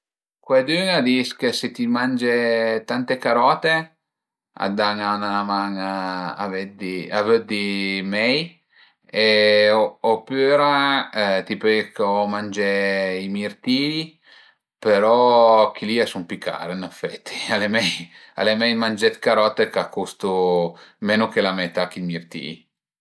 Cuaidün a dis che se ti mange tante carote a dan 'na man a veddi a vëddi mei e opüra ti pöle co mangé i mirti-i përò chi li a sun pi car ën effetti, al e mei al e mai mangé dë carote ch'a custu menu che la metà che i mirti-i